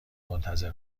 منتظر